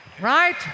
Right